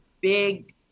big